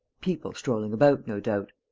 people strolling about, no doubt.